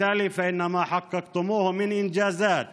אתם ראויים למלוא ההערכה על ההישגים